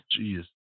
Jeez